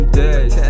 days